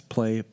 Play